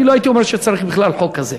אני לא הייתי אומר שצריך בכלל חוק כזה.